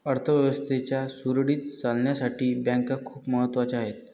अर्थ व्यवस्थेच्या सुरळीत चालण्यासाठी बँका खूप महत्वाच्या आहेत